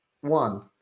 one